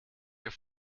your